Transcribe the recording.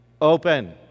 open